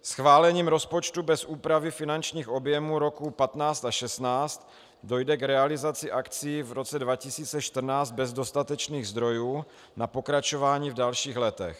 Schválením rozpočtu bez úpravy finančních objemů roku 2015 a 2016 dojde k realizaci akcí v roce 2014 bez dostatečných zdrojů na pokračování v dalších letech.